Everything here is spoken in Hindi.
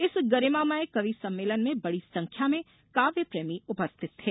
इस गरिमामय कवि सम्मेलन में बड़ी संख्या में काव्य प्रेमी उपस्थित थे